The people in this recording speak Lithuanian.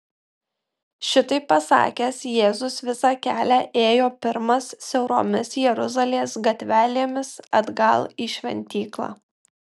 šitaip pasakęs jėzus visą kelią ėjo pirmas siauromis jeruzalės gatvelėmis atgal į šventyklą